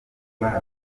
mwana